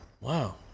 Wow